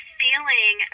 feeling